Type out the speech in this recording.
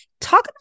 Talk